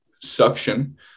suction